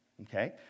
Okay